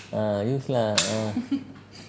ah use lah uh